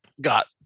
got